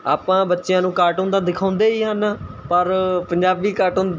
ਆਪਾਂ ਬੱਚਿਆਂ ਨੂੰ ਕਾਰਟੂਨ ਤਾਂ ਦਿਖਾਉਂਦੇ ਹੀ ਹਨ ਪਰ ਪੰਜਾਬੀ ਕਾਰਟੂਨ